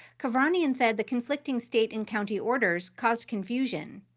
kevranian said the conflicting state and county orders caused confusion.